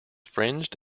fringed